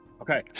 okay